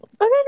okay